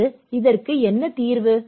பிறகு இதற்கு என்ன தீர்வு